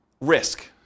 risk